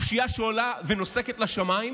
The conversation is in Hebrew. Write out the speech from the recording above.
הפשיעה שעולה ונוסקת לשמיים